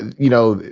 you know,